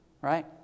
right